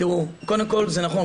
קודם כל, זה נכון.